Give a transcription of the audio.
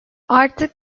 artık